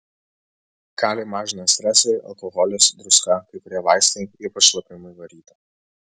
kalį mažina stresai alkoholis druska kai kurie vaistai ypač šlapimui varyti